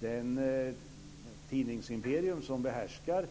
Det tidningsimperium som behärskar